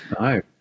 No